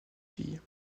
fille